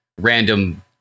random